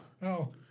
No